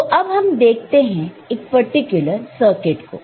तो अब हम देखते हैं एक पर्टिकुलर सर्किट को